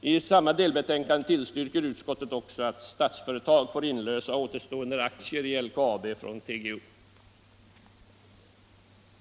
I delbetänkande tillstyrker utskottet att Statsföretag får inlösa återstående aktier i LKAB från TGO.